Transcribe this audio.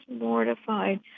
mortified